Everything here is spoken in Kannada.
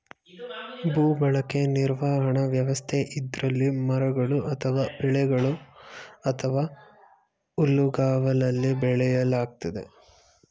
ಭೂಬಳಕೆ ನಿರ್ವಹಣಾ ವ್ಯವಸ್ಥೆ ಇದ್ರಲ್ಲಿ ಮರಗಳು ಅಥವಾ ಬೆಳೆಗಳು ಅಥವಾ ಹುಲ್ಲುಗಾವಲಲ್ಲಿ ಬೆಳೆಯಲಾಗ್ತದೆ